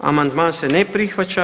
Amandman se ne prihvaća.